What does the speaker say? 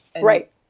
Right